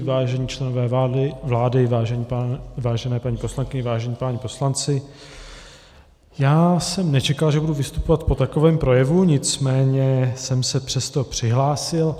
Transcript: Vážení členové vlády, vážené paní poslankyně, vážení páni poslanci, já jsem nečekal, že budu vystupovat po takovém projevu, nicméně jsem se přesto přihlásil.